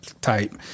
type